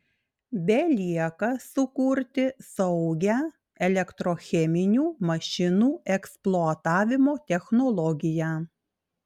belieka sukurti saugią elektrocheminių mašinų eksploatavimo technologiją